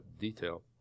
detail